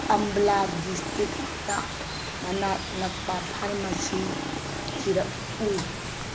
Ambala district ꯃꯅꯥꯛ ꯅꯛꯄ pharmacy ꯊꯤꯔꯛꯎ